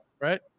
right